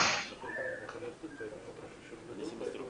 החדש)(קבלת נתוני מיקום לצורך פיקוח על קיום הוראות הבידוד),